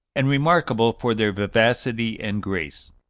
and remarkable for their vivacity and grace.